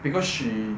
because she